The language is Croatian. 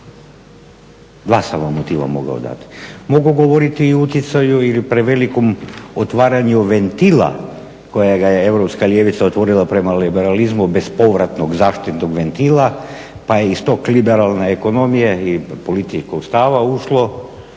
Dva sam vam motiva mogao dati. Mogu govoriti i o utjecaju ili prevelikom otvaranju ventila koja ga je europska ljevica otvorila prema liberalizmu bez povratnog zaštitnog ventila pa je iz te liberalne ekonomije i političkog